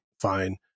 fine